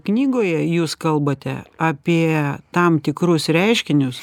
knygoje jūs kalbate apie tam tikrus reiškinius